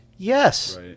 Yes